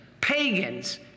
pagans